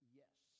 yes